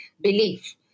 belief